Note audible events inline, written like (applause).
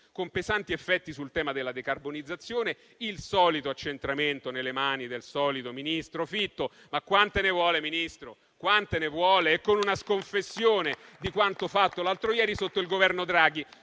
con pesanti effetti sul tema della decarbonizzazione, il solito accentramento nelle mani del solito ministro Fitto - ma quante ne vuole, Ministro, quante ne vuole? (applause) - e con una sconfessione di quanto fatto l'altro ieri sotto il Governo Draghi,